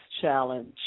challenge